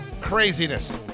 Craziness